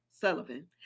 Sullivan